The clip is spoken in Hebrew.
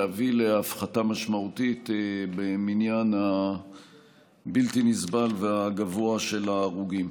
להביא להפחתה משמעותית במניין הבלתי-נסבל והגבוה של ההרוגים,